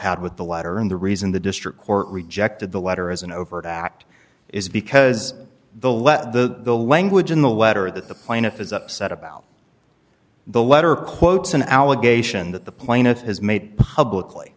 had with the letter and the reason the district court rejected the letter as an overt act is because the let the language in the letter that the plaintiff is upset about the letter quotes an allegation that the plaintiff has made publicly